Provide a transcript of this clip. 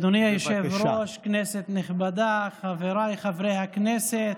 אדוני היושב-ראש, כנסת נכבדה, חבריי חברי הכנסת,